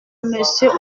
monsieur